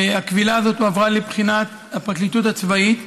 והקבילה הזאת הועברה לבחינת הפרקליטות הצבאית,